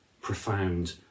profound